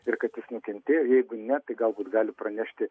ir kad jis nukentėjo jeigu ne tai galbūt gali pranešti